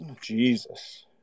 Jesus